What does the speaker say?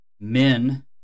men